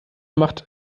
macht